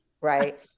right